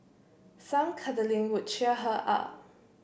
some cuddling could cheer her up